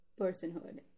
personhood